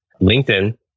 LinkedIn